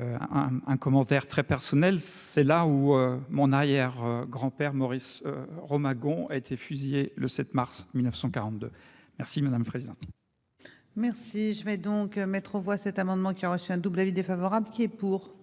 un commentaire très personnel, c'est là où mon arrière grand-père Maurice Rome Aegon a été fusillé le 7 mars 1942 merci madame président. Merci, je vais donc mettre aux voix cet amendement qui a reçu un double avis défavorable qui est pour.